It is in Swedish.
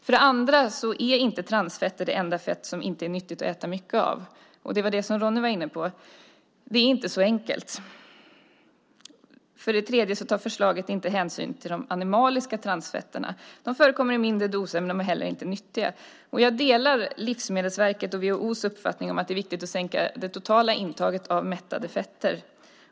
För det andra är transfetter inte det enda fett som det inte är nyttigt att äta mycket av, som Ronny var inne på. Det är inte så enkelt. För det tredje tar förslaget inte hänsyn till de animaliska transfetterna, som visserligen förekommer i mindre doser men som inte heller är nyttiga. Jag delar Livsmedelsverkets och WHO:s uppfattning att det är viktigt att sänka det totala intaget av mättade fetter.